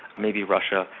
maybe russia,